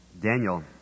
Daniel